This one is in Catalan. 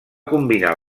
combinar